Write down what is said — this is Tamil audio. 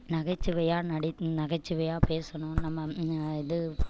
நகைச்சுவையாக நடி நகைச்சுவையாக பேசணும் நம்ம இது